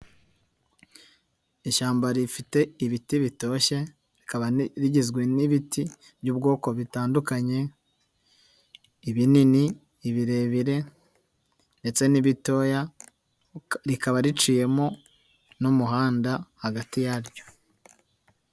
Ishyamba rifite ibiti bitoshye rikaba rigizwe n'ibiti by'ubwoko bitandukanye, ibinini, ibirebire ndetse n'ibitoya rikaba riciyemo n'umuhanda hagati yaryo.